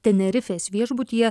tenerifės viešbutyje